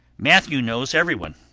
matthew knows everyone.